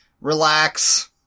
Relax